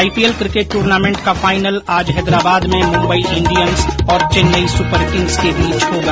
IPL cricket tournament का final आज हैदराबाद में मुम्बई इंडियंस और चैन्नई सुपरकिंग्स के बीच होगा